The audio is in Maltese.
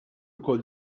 wkoll